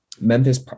Memphis